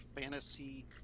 fantasy